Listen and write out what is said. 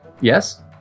Yes